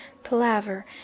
palaver